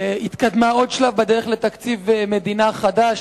התקדמה עוד שלב בדרך לתקציב מדינה חדש,